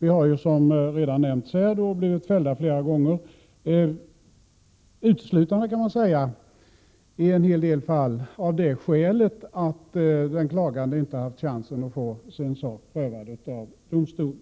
Vi har, som här redan nämnts, blivit fällda flera gånger, i en hel del fall uteslutande, kan man säga, av det skälet att den klagande inte har haft chansen att få sin sak prövad av domstol.